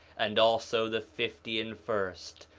and also the fifty and first,